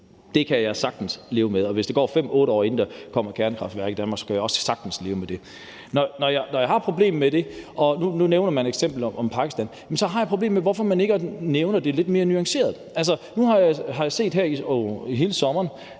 kan jeg sagtens leve med, og hvis der går 5 år, 8 år, inden der kommer kernekraftværker i Danmark, så kan jeg også sagtens leve med det. Nu nævner man eksemplet med Pakistan, og så har jeg et problem med, hvorfor man ikke nævner det lidt mere nuanceret. Nu har jeg her i løbet af hele sommeren